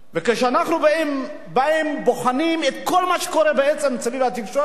וכשאנחנו באים ובוחנים את כל מה שקורה בעצם סביב התקשורת,